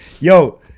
yo